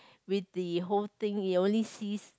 with the whole thing it only sees